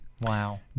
Wow